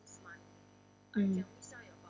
mm